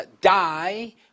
die